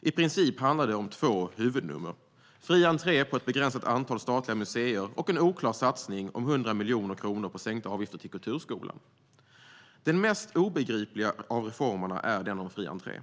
I princip handlar det om två huvudnummer: fri entré på ett begränsat antal statliga museer och en oklar satsning om 100 miljoner kronor på sänkta avgifter till kulturskolan. Den mest obegripliga av reformerna är den om fri entré.